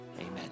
Amen